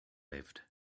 lived